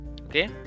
Okay